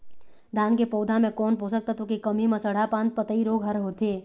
धान के पौधा मे कोन पोषक तत्व के कमी म सड़हा पान पतई रोग हर होथे?